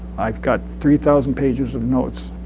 i've got three thousand pages of notes,